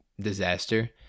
disaster